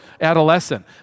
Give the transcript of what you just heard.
adolescent